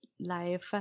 life